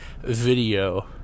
video